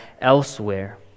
elsewhere